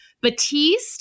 Batiste